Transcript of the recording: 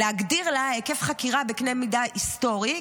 להגדיר לה היקף חקירה בקנה מידה היסטורי,